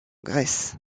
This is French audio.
grèce